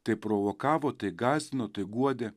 tai provokavo tai gąsdino tai guodė